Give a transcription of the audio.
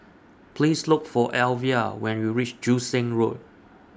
Please Look For Alvia when YOU REACH Joo Seng Road